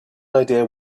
idea